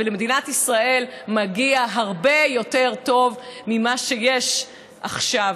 ולמדינת ישראל מגיע הרבה יותר טוב ממה שיש עכשיו,